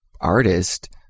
artist